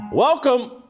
Welcome